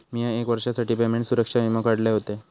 मिया एक वर्षासाठी पेमेंट सुरक्षा वीमो काढलय होतय